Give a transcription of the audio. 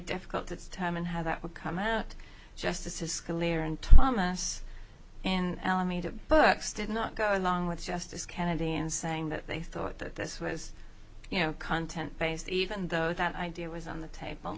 difficult to time and how that would come out justices scalia and thomas and alameda books did not go along with justice kennedy and saying that they thought that this was you know content based even though that idea was on the table